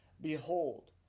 Behold